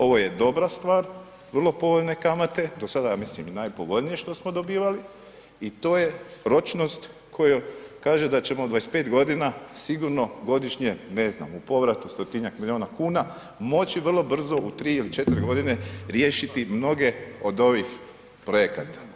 Ovo je dobra stvar, vrlo povoljne kamate, do sada ja mislim i najpovoljnije što smo dobivali i to je ročnost koja kaže da ćemo 25 godina sigurno godišnje ne znam u povrati 100-tinjak miliona kuna moći vrlo brzo u 3 ili 4 godine riješiti mnoge od ovih projekata.